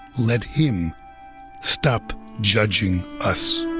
let him stop judging us